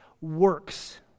works